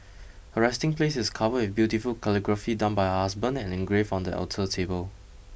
her resting place is covered with beautiful calligraphy done by her husband and engraved on the alter table